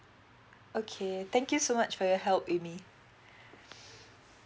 okay thank you so much for your help amy